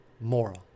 moral